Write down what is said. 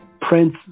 Prince